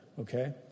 Okay